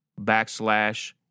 backslash